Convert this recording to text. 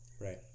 right